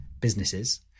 businesses